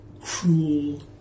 cruel